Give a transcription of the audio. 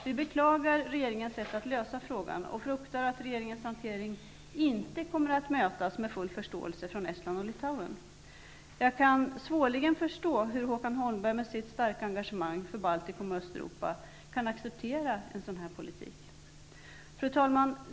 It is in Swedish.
Vi beklagar regeringens sätt att lösa frågan, och vi fruktar att regeringens hantering inte kommer att mötas med full förståelse från Estland och Litauen. Jag kan svårligen förstå hur Håkan Holmberg, med sitt starka engagemang för Baltikum och Östeuropa, kan acceptera en sådan politik. Fru talman!